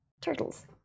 turtles